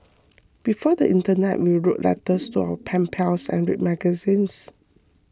before the internet we wrote letters to our pen pals and read magazines